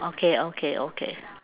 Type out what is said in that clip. okay okay okay